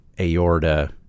aorta